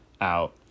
out